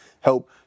help